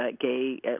gay